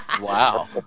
Wow